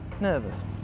nervous